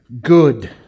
good